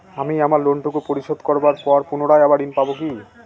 আমি আমার লোন টুকু পরিশোধ করবার পর পুনরায় আবার ঋণ পাবো কি?